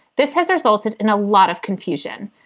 this has resulted in a lot of confusion.